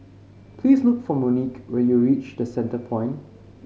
please look for Monique when you reach The Centrepoint